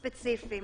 ספציפיים.